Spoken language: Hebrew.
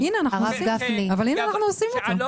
היה ראוי שיביאו אותו אנשים שעוסקים בזה.